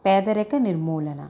పేదరిక నిర్మూలన